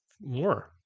more